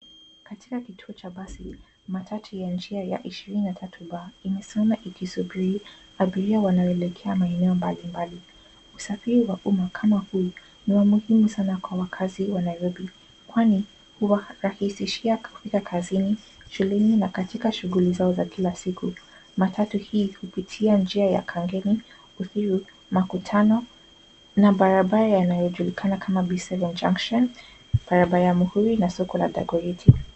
Katika kituo cha basi, matatu ya njia ya 23B imesimama ikisubiri abiria wanaoelekea maeneo mbalimbali. Usafiri wa uma kama huu ni wa umuhimu sana kwa wakazi wa Nairobi kwani uwarahisishia kufika kazini, shuleni na katika shughuli zao za kila siku. Matatu hii hupitia njia ya Kangemi, Uthiru, Makutano, na barabara yanayojulikana kama B7 Junction, barbaraba ya Muhui, na soko la Dagoreti.